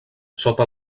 sota